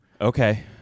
okay